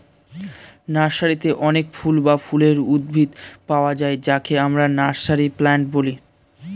নার্সারিতে অনেক ফল ও ফুলের উদ্ভিদ পাওয়া যায় যাকে আমরা নার্সারি প্লান্ট বলি